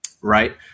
Right